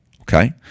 okay